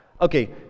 Okay